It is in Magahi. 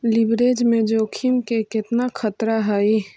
लिवरेज में जोखिम के केतना खतरा हइ?